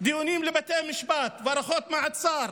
דיונים לבתי המשפט והארכות מעצר